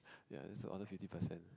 ya just order fifty percent